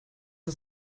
das